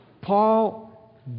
Paul